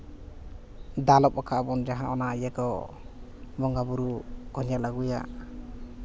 ᱫᱟᱞᱚᱵ ᱠᱟᱜ ᱵᱚᱱ ᱡᱟᱦᱟᱸ ᱤᱭᱟᱹ ᱫᱚ ᱵᱚᱸᱜᱟᱼᱵᱩᱨᱩ ᱠᱚ ᱧᱮᱞ ᱟᱹᱜᱩᱭᱟ